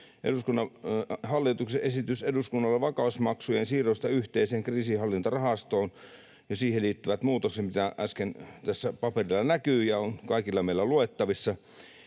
100, hallituksen esitys eduskunnalle vakausmaksujen siirrosta yhteiseen kriisinhallintarahastoon ja siihen liittyvät muutokset, mikä tässä paperilla näkyy ja on kaikilla meillä luettavissa.